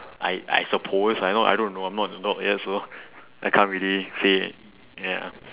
I I suppose I not I don't know I'm not an adult yet so I can't really say ya